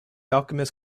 alchemist